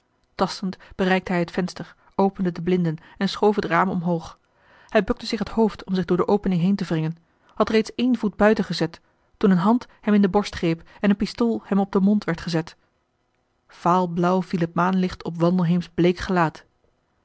tastend bereikte hij het venster opende de blinden en schoof het raam omhoog hij bukte t hoofd om zich door de opening heen te wringen had reeds één voet buiten gezet toen een hand hem in de borst greep en een pistool hem op den mond werd gezet vaalblauw viel het maanlicht op wandelheem's bleek gelaat